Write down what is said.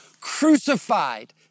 crucified